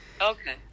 Okay